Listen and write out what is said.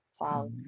Wow